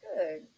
Good